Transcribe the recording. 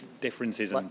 differences